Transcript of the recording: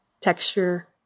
texture